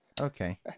Okay